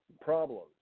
problems